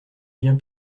bien